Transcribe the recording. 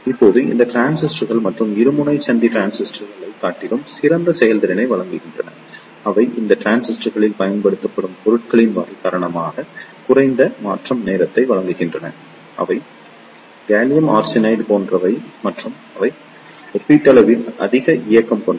இப்போது இந்த டிரான்சிஸ்டர்கள் மற்ற இருமுனை சந்தி டிரான்சிஸ்டர்களைக் காட்டிலும் சிறந்த செயல்திறனை வழங்குகின்றன அவை இந்த டிரான்சிஸ்டர்களில் பயன்படுத்தப்படும் பொருட்களின் வகை காரணமாக குறைந்த மாற்றம் நேரத்தை வழங்குகின்றன அவை காலியம் ஆர்சனைடு போன்றவை மற்றும் அவை ஒப்பீட்டளவில் அதிக இயக்கம் கொண்டவை